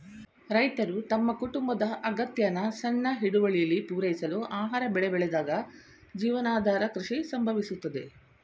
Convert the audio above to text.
ರೈತರು ತಮ್ಮ ಕುಟುಂಬದ ಅಗತ್ಯನ ಸಣ್ಣ ಹಿಡುವಳಿಲಿ ಪೂರೈಸಲು ಆಹಾರ ಬೆಳೆ ಬೆಳೆದಾಗ ಜೀವನಾಧಾರ ಕೃಷಿ ಸಂಭವಿಸುತ್ತದೆ